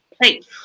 place